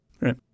Right